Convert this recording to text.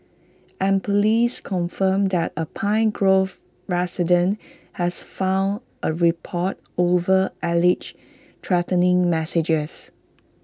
and Police confirmed that A pine grove resident has filed A report over alleged threatening messages